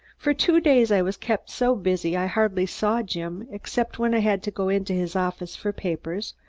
for two days i was kept so busy i hardly saw jim except when i had to go into his office for papers,